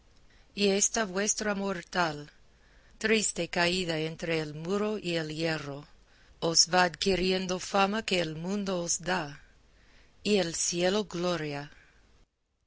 y esta vuestra mortal triste caída entre el muro y el hierro os va adquiriendo fama que el mundo os da y el cielo gloria